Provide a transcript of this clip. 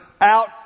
out